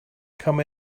come